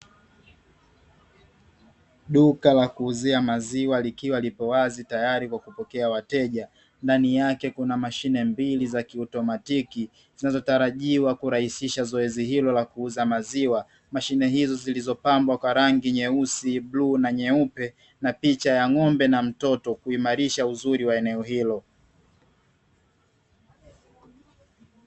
Duka la kuuzia maziwa, likiwa lipo wazi, tayari kwa kupokea wateja ndani yake kuna mashine mbili za kiutomatiki, zinazotarajiwa kurahisisha zoezi hilo la kuuza maziwa, mashine hizo zilizopambwa kwa rangi nyeusi blue na nyeupe na picha ya ng'ombe na mtoto kuimarisha uzuri wa eneo hilo.